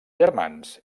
germans